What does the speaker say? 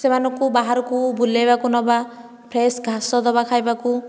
ସେମାନଙ୍କୁ ବାହାରକୁ ବୁଲାଇବାକୁ ନେବା ଫ୍ରେସ୍ ଘାସ ଦେବା ଖାଇବାକୁ